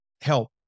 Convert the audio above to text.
help